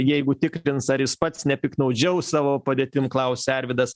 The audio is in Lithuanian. jeigu tikrins ar jis pats nepiktnaudžiaus savo padėtim klausia arvydas